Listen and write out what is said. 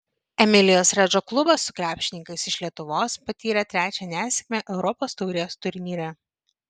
emilijos redžo klubas su krepšininkais iš lietuvos patyrė trečią nesėkmę europos taurės turnyre